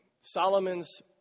Solomon's